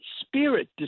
spirit